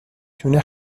تونه